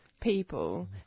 People